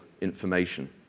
information